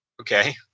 Okay